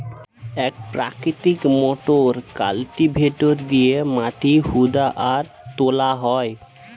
এক প্রকৃতির motor cultivator দিয়ে মাটি হুদা আর তোলা হয়